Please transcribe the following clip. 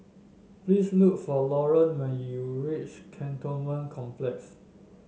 please look for Lorene when you reach Cantonment Complex